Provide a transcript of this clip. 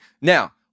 now